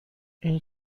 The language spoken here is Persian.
این